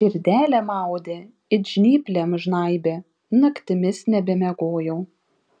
širdelė maudė it žnyplėm žnaibė naktimis nebemiegojau